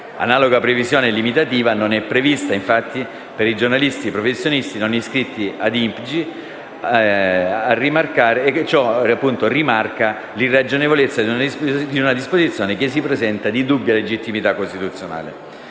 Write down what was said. Analoga previsione limitativa non è prevista infatti per i giornalisti professionisti non iscritti ad INPGI, e ciò rimarca l'irragionevolezza di una disposizione che si presenta di dubbia legittimità costituzionale.